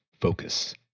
focus